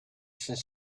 since